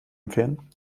empfehlen